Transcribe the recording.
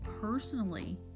personally